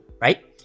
right